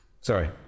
sorry